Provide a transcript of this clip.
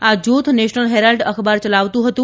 આ જૂથ National Herald અખબાર ચલાવતું હતું